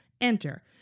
Enter